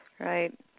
Right